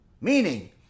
meaning